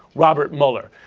robert mueller.